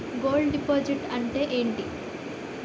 Gold deposit అంతే ఎంటి?